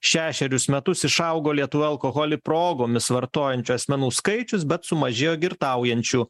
šešerius metus išaugo lietuvoj alkoholį progomis vartojančių asmenų skaičius bet sumažėjo girtaujančių